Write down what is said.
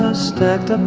ah stacked up.